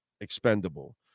expendable